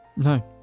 No